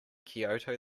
kyoto